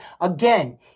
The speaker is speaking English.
Again